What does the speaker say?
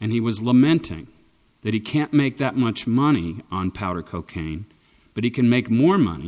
and he was lamenting that he can't make that much money on powder cocaine but he can make more money